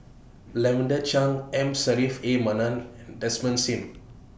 Lavender Chang M A Manaf and Desmond SIM